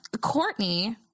Courtney